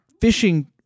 fishing